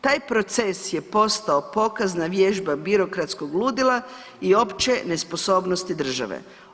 Taj proces je postao pokazna vježba birokratskog ludila i opće nesposobnosti države.